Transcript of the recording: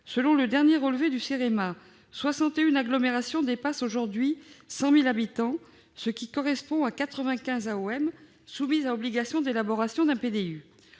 Selon le dernier relevé du Cérema, 61 agglomérations dépassent aujourd'hui 100 000 habitants, ce qui correspond à 95 AOM soumises à l'obligation d'élaboration d'un PDU.